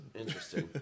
Interesting